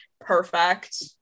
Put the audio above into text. perfect